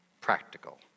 practical